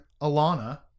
Alana